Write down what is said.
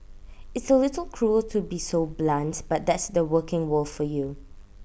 it's A little cruel to be so blunt but that's the working world for you